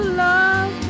love